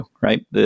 right